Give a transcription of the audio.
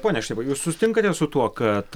pone šnipai jūs sutinkate su tuo kad